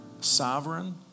sovereign